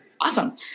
Awesome